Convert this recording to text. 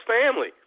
family